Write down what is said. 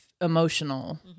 emotional